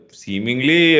seemingly